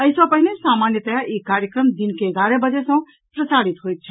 एहि सँ पहिने सामान्यतया ई कार्यक्रम दिन के एगारह बजे सँ प्रसारित होइत छल